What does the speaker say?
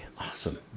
Awesome